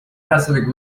pacific